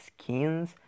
skins